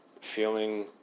feeling